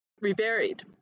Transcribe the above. reburied